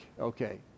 okay